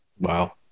wow